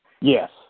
Yes